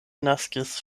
naskis